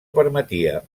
permetia